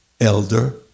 elder